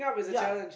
ya